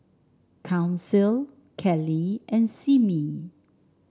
Council Keli and Simmie